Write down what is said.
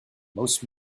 most